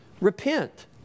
repent